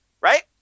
right